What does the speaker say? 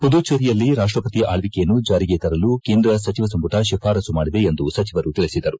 ಮದುಚೇರಿಯಲ್ಲಿ ರಾಷ್ಟಪತಿ ಆಲ್ಲಿಕೆಯನ್ನು ಜಾರಿಗೆ ತರಲು ಕೇಂದ್ರ ಸಚಿವ ಸಂಪುಟ ಶಿಫಾರಸು ಮಾಡಿದೆ ಎಂದು ಸಚಿವರು ತಿಳಿಸಿದರು